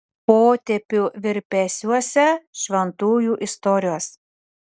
potėpių virpesiuose šventųjų istorijos